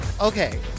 Okay